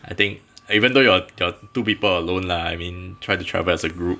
I think even though you are you are two people alone lah I mean try to travel as a group